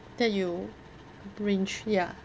that you ya